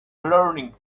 learning